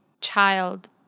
child